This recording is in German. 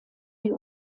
die